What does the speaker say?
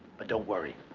but don't worry.